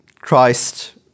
Christ